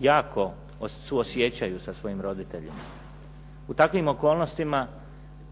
jako suosjećaju sa svojim roditeljima. U takvim okolnostima